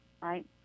right